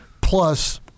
Plus